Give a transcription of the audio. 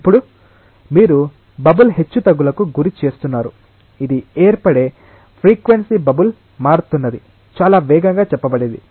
ఇప్పుడు మీరు బబుల్ హెచ్చుతగ్గులకు గురిచేస్తున్నారు ఇది ఏర్పడే ఫ్రీక్వెన్సీ బబుల్ మారుతున్నది చాలా వేగంగా చెప్పబడింది